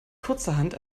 kurzerhand